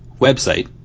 website